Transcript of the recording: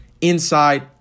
inside